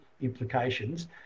implications